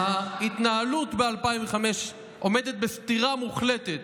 ההתנהלות ב-2005 עומדת בסתירה מוחלטת